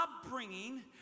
upbringing